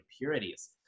impurities